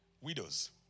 widows